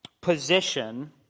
position